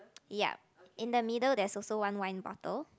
yup in the middle there's also one wine bottle